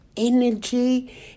energy